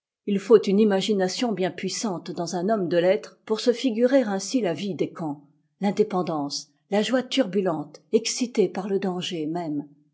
il faut une imagination bien puissante dans un homme de lettres pour se figurer ainsi la vie des camps l'indépendance la joie turbulente excitée par le danger même